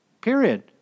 Period